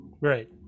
Right